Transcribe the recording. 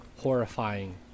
horrifying